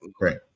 Right